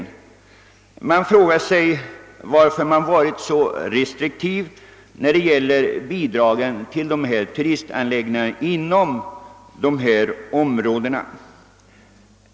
Man frågar sig, varför man varit så restriktiv när det gällt bidrag till turistanläggningar inom dessa områden.